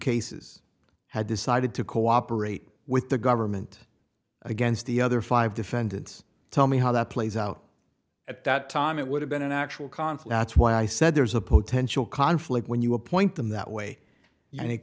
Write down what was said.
cases had decided to cooperate with the government against the other five defendants tell me how that plays out at that time it would have been an actual conflict that's why i said there's a potential conflict when you appoint them that way and it